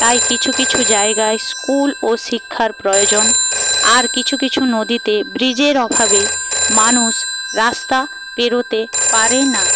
তাই কিছু কিছু জায়গায় স্কুল ও শিক্ষার প্রয়োজন আর কিছু কিছু নদীতে ব্রিজের অভাবে মানুষ রাস্তা পেরোতে পারে না